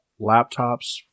laptops